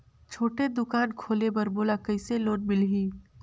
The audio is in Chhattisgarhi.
छोटे दुकान खोले बर मोला कइसे लोन मिलही?